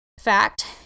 Fact